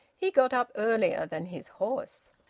he got up earlier than his horse.